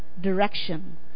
direction